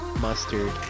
mustard